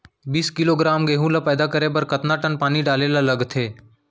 बीस किलोग्राम गेहूँ ल पैदा करे बर कतका टन पानी डाले ल लगथे?